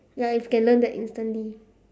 ya if can learn that instantly